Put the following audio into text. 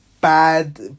bad